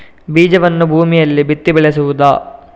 ಬೀಜವನ್ನು ಭೂಮಿಯಲ್ಲಿ ಬಿತ್ತಿ ಬೆಳೆಸುವುದಾ?